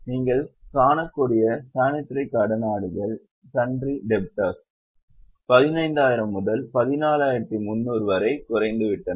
நீங்கள் காணக்கூடிய சன்ட்ரி கடனாளிகள் 15000 முதல் 14300 வரை குறைந்துவிட்டனர்